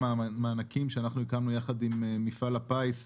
מענקים שאנחנו הקמנו ביחד עם מפעל הפיס,